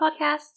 podcasts